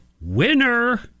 winner